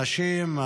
הנשים,